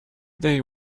they